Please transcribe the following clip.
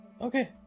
Okay